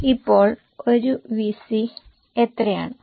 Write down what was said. ഇപ്പോൾ ഒരു VC എത്രയാണ്